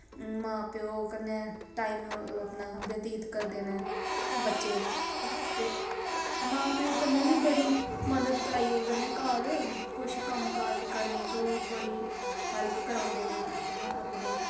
मां प्यो कन्नै टाईम अपना व्यतीत करदे न बच्चे ते मां प्यो कन्नै बी बड़ी मदद कराई ओड़दे न घर कुछ कम्म काज़ करने च ओह् बड़ी हैल्प करांदे न अपने